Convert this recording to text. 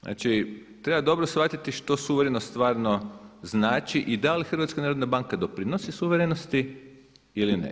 Znači, treba dobro shvatiti što suverenost stvarno znači i da li HNB doprinosi suverenosti ili ne.